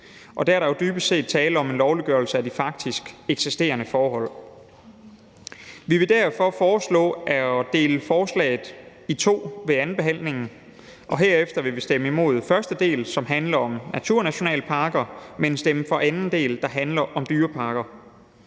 Der er der jo dybest set tale om en lovliggørelse af de faktisk eksisterende forhold. Vi vil derfor foreslå at dele forslaget op ved andenbehandlingen. Herefter vil vi stemme imod første del, som handler om naturnationalparker, men stemme for anden del, der handler om dyreparker.